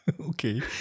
Okay